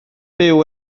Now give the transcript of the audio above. byw